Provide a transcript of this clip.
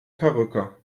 perücke